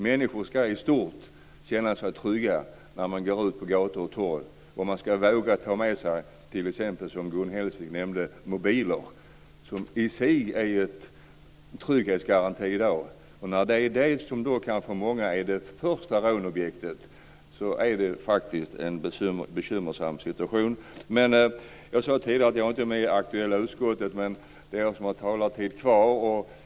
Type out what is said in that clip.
Människor ska i stort känna sig trygga när de går ut på gator och torg, och de ska våga ta med sig t.ex. mobiler, som Gun Hellsvik nämnde. De är i sig en trygghetsgaranti i dag. När det är mobilen som för många är det första rånobjektet är det faktiskt en bekymmersam situation. Jag sade tidigare att jag inte är med i det aktuella utskottet, men det är jag som har talartid kvar.